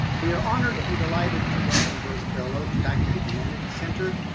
we are honored and delighted to welcome joyce carol oates, back to the humanity center,